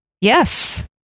Yes